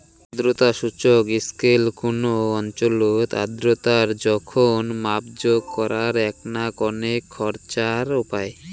আর্দ্রতা সূচক স্কেল কুনো অঞ্চলত আর্দ্রতার জোখন মাপজোক করার এ্যাকনা কণেক খরচার উপাই